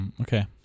Okay